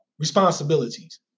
Responsibilities